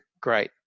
great